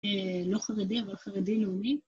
‫לא חרדי, אבל חרדי-לאומי.